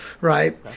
right